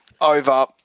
over